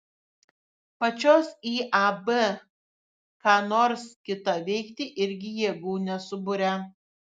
pačios iab ką nors kitą veikti irgi jėgų nesuburia